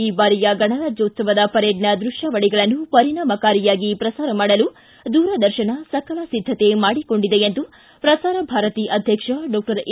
ಈ ಬಾರಿಯ ಗಣರಾಜ್ಯೋತ್ಲವದ ಪರೇಡ್ನ ದೃತ್ಥಾವಳಗಳನ್ನು ಪರಿಣಾಮಕಾರಿಯಾಗಿ ಪ್ರಸಾರ ಮಾಡಲು ದೂರದರ್ಶನ ಸಕಲ ಸಿದ್ಧತೆ ಮಾಡಿಕೊಂಡಿದೆ ಎಂದು ಪ್ರಸಾರ ಭಾರತಿ ಅಧ್ಯಕ್ಷ ಡಾಕ್ವರ್ ಎ